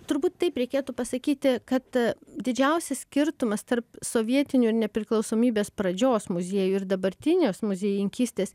turbūt taip reikėtų pasakyti kad didžiausias skirtumas tarp sovietinių ir nepriklausomybės pradžios muziejų ir dabartinės muziejininkystės